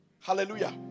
hallelujah